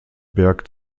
berg